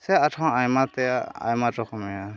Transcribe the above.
ᱥᱮ ᱟᱨᱦᱚᱸ ᱟᱭᱢᱟᱛᱮᱭᱟᱜ ᱟᱭᱢᱟ ᱨᱚᱠᱚᱢ ᱢᱮᱱᱟᱜᱼᱟ